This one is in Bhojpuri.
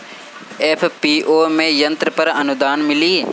एफ.पी.ओ में यंत्र पर आनुदान मिँली?